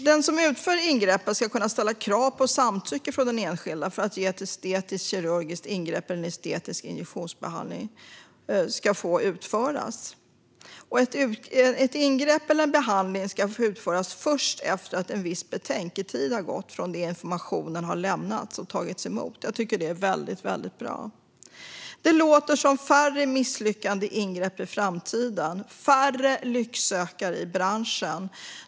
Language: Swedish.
Den som utför ingreppet ska kunna ställa krav på samtycke från den enskilde för att ett estetiskt kirurgiskt ingrepp eller en estetisk injektionsbehandling ska få utföras. Ett ingrepp eller en behandling ska få utföras först efter en viss betänketid från det att informationen har lämnats och tagits emot. Detta är väldigt bra. Det låter som att vi i framtiden kan få färre misslyckade ingrepp och färre lycksökare i branschen.